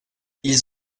ils